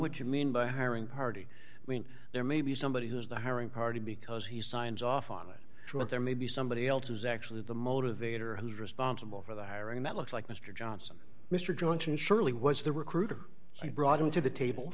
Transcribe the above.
what you mean by hiring party i mean there may be somebody who is the hiring party because he signs off on it too and there may be somebody else who's actually the motivator who's responsible for the hiring that looks like mr johnson mr johnson surely was the recruiter so i brought him to the table